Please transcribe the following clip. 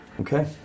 okay